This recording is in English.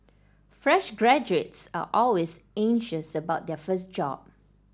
fresh graduates are always anxious about their first job